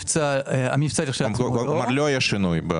לא היה שינוי.